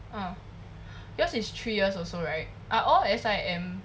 yours is three years also right are all S_I_M